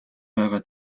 байгаа